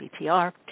BTR